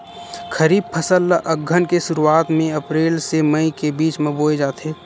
खरीफ फसल ला अघ्घन के शुरुआत में, अप्रेल से मई के बिच में बोए जाथे